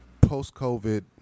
post-COVID